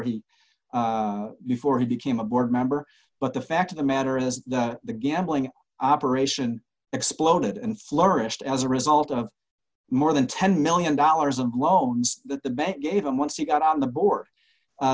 he before he became a board member but the fact of the matter is that the gambling operation exploded and flourished as a result of more than ten million dollars in loans that the bank gave him once he got on the board